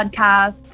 podcast